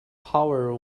power